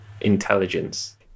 intelligence